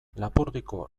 lapurdiko